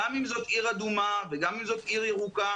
גם אם זאת עיר אדומה וגם אם זאת עיר ירוקה.